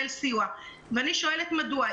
ואני שואלת מדוע.